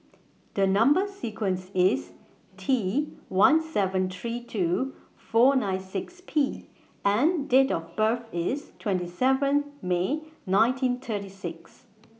The Number sequence IS T one seven three two four nine six P and Date of birth IS twenty seven May nineteen thirty six